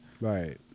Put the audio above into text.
right